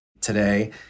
today